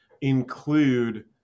include